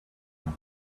one